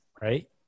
right